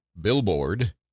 Billboard